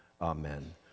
amen